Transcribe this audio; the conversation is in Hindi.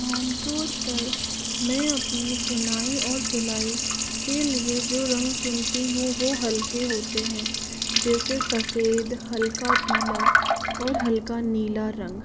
आमतौर पर मैं अपनी बुनाई और सिलाई के लिए जो रंग चुनती हूँ वो हल्के होते हैं जैसे सफ़ेद हल्का पीला और हल्का नीला रंग